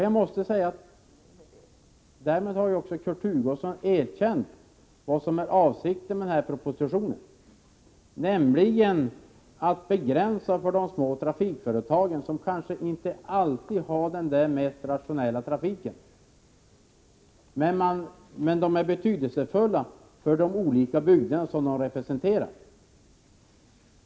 Jag måste säga att Kurt Hugosson därmed har erkänt vad som är avsikten med propositionen, nämligen att begränsa möjligheterna för de små trafikföretagen, som kanske inte alltid har den mest rationella trafiken. Men de är betydelsefulla för de olika bygder de representerar.